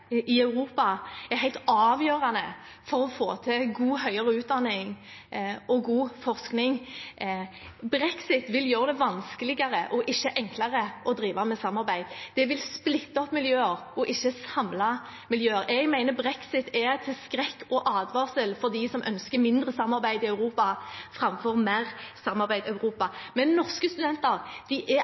i Europa er helt avgjørende for å få til god høyere utdanning og god forskning. Brexit vil gjøre det vanskeligere, ikke enklere å drive med samarbeid. Det vil splitte opp miljøer, ikke samle miljøer. Jeg mener brexit er til skrekk og advarsel for dem som ønsker mindre samarbeid i Europa framfor mer samarbeid i Europa. Norske studenter er attraktive i Storbritannia. De